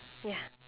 ya